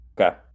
Okay